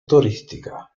turísticas